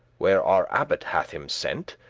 where our abbot hath him sent.